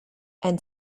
and